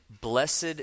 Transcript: Blessed